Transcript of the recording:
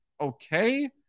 Okay